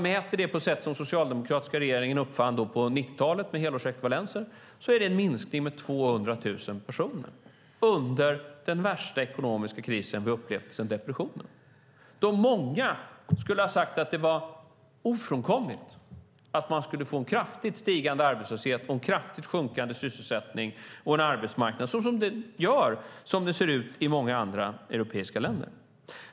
Mätt på det sätt som den socialdemokratiska regeringen uppfann på 90-talet, med helårsekvivalenser, är det en minskning med 200 000 personer under den värsta ekonomiska kris vi upplevt sedan depressionen och då många skulle ha sagt att det var ofrånkomligt att vi skulle få en kraftigt stigande arbetslöshet och en kraftigt sjunkande sysselsättning och arbetsmarknad såsom det ser ut i många andra europeiska länder.